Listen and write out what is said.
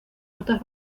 rutas